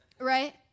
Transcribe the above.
right